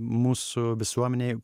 mūsų visuomenėj